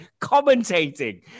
commentating